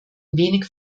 wenig